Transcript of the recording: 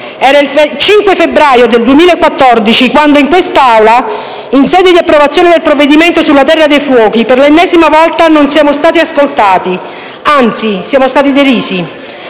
Era il 5 febbraio 2014 quando in quest'Aula, in sede di approvazione del provvedimento sulla cosiddetta terra dei fuochi, per l'ennesima volta non siamo stati ascoltati; anzi siamo stati derisi.